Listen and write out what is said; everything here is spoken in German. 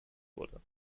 wurde